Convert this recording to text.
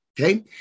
okay